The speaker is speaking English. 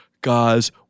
guys